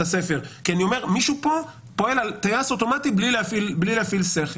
הספר כי אני אומר שמישהו פה פועל על טייס אוטומטי בלי להפעיל שכל.